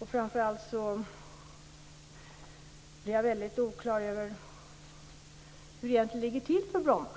Framför allt blir jag väldigt oklar över hur det egentligen ligger till med Bromma.